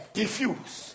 diffuse